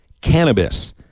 Cannabis